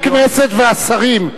חברי הכנסת והשרים,